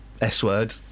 S-word